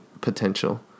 potential